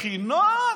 בחינות.